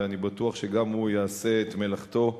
ואני בטוח שגם הוא יעשה את מלאכתו נאמנה,